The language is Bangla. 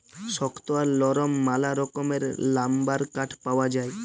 শক্ত আর লরম ম্যালা রকমের লাম্বার কাঠ পাউয়া যায়